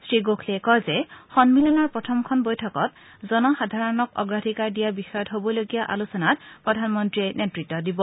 শ্ৰীগোখলে কয় যে সম্মিলনৰ প্ৰথমখন বৈঠকত জনসাধাৰণক অগ্ৰাধিকাৰ দিয়া বিষয়ত হবলগা আলোচনাত প্ৰধানমন্ত্ৰীয়ে নেতৃত্ব দিব